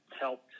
helped